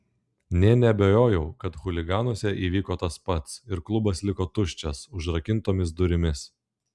nė neabejojau kad chuliganuose įvyko tas pats ir klubas liko tuščias užrakintomis durimis